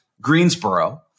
Greensboro